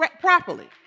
properly